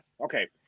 Okay